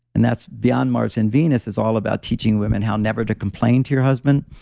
and that's beyond mars and venus is all about teaching women how never to complain to your husband.